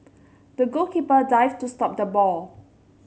the goalkeeper dived to stop the ball